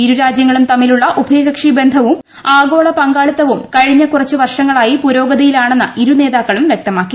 ഇരു രാജ്യങ്ങളും തമ്മിലുള്ള ഉഭയകക്ഷി ബന്ധവും ആഗോള പങ്കാളിത്തവും കഴിഞ്ഞ കുറച്ച് വർഷങ്ങളായി പുരോഗതിയിലാണെന്ന് ഇരു നേതാക്കളും വൃക്തമാക്കി